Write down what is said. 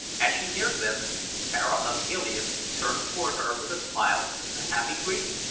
as she neared them tara of helium turned toward her with a smile and a happy greeting,